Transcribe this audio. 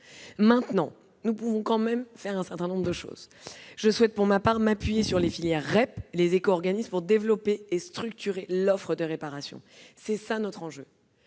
fondement. Nous pouvons néanmoins faire un certain nombre de choses. Je souhaite pour ma part m'appuyer sur les filières REP, sur les éco-organismes, pour développer et structurer l'offre de réparation. Voilà l'enjeu